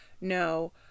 No